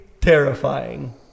terrifying